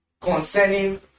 concerning